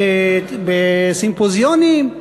בסימפוזיונים,